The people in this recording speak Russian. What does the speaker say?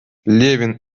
левин